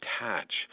attach